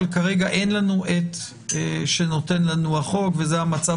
כרגע אין לנו את שנותן לנו החוק וזה המצב